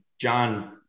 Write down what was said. John